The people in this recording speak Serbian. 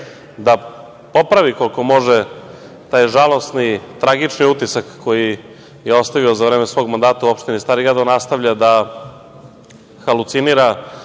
da popravi koliko može taj žalosni, tragični utisak koji je ostavio za vreme svog mandata u opštini Stari grad, on nastavlja da halucinira.